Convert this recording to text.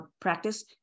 practice